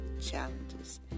challenges